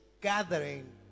gathering